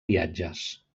viatges